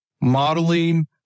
modeling